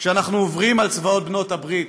כשאנחנו עוברים על צבאות בעלות הברית